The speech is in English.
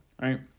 right